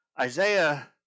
Isaiah